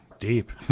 deep